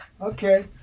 Okay